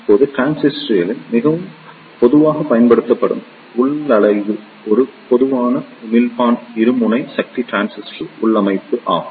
இப்போது டிரான்சிஸ்டரின் மிகவும் பொதுவாக பயன்படுத்தப்படும் உள்ளமைவு ஒரு பொதுவான உமிழ்ப்பான் இருமுனை சந்தி டிரான்சிஸ்டர் உள்ளமைவு ஆகும்